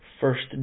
first